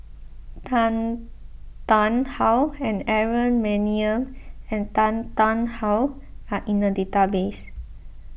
Tan Tarn How and Aaron Maniam and Tan Tarn How are in the database